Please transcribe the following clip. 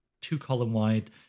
two-column-wide